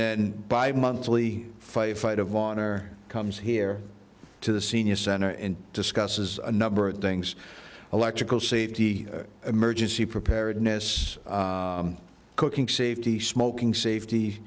then by monthly fight a fight of honor comes here to the senior center discusses a number of things electrical safety emergency preparedness cooking safety smoking safety